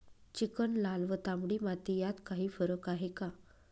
Chicken, लाल व तांबडी माती यात काही फरक आहे का?